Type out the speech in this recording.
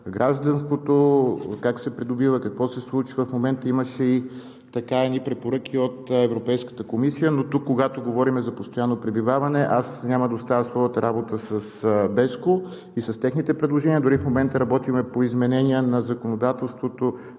как се придобива, какво се случва, в момента имаше едни препоръки от Европейската комисия, но тук, когато говорим за постоянно пребиваване, няма да оставя своята работа с BESCO и с техните предложения – дори в момента работим по изменение на законодателството